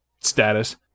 status